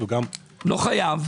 לא חייב.